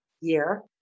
year